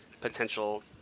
potential